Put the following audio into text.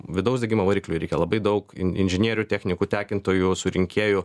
vidaus degimo varikliui reikia labai daug in inžinierių technikų tekintojų surinkėjų